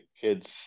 kids